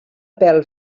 pèl